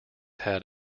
had